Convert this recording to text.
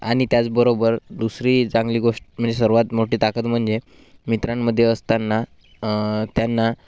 आणि त्याचबरोबर दुसरी चांगली गोष्ट म्हणजे सर्वात मोठी ताकद म्हणजे मित्रांमध्ये असताना त्यांना